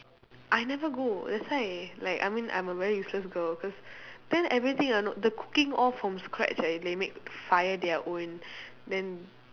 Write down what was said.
I never go that's why I like I mean I'm a very useless girl cause then everything ah know the cooking all from scratch eh they make fire their own then